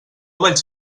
vaig